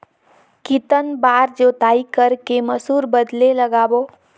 कितन बार जोताई कर के मसूर बदले लगाबो?